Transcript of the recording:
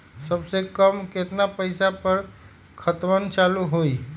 सबसे कम केतना पईसा पर खतवन चालु होई?